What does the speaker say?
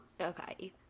okay